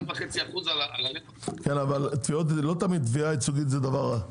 1.5%. כן, אבל לא תמיד תביעה ייצוגית זה דבר רע.